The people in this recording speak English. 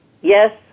yes